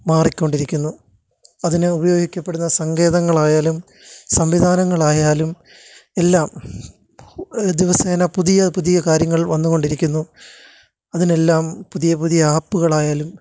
മാറിക്കൊണ്ടിരിക്കുന്നു അതിന് ഉപയോഗിക്കപ്പെടുന്ന സങ്കേതങ്ങളായാലും സംവിധാനങ്ങളായാലും എല്ലാം ദിവസേന പുതിയ പുതിയ കാര്യങ്ങള് വന്നുകൊണ്ടിരിക്കുന്നു അതിനെല്ലാം പുതിയ പുതിയ ആപ്പുകളായാലും